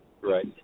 Right